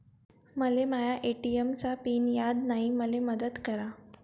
मले माया ए.टी.एम चा पिन याद नायी, मले मदत करा